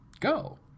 go